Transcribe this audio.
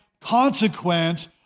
consequence